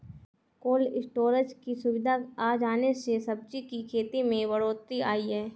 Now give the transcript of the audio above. cold storage की सुविधा आ जाने से सब्जी की खेती में बढ़ोत्तरी आई है